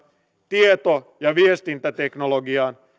tieto ja viestintäteknologiaan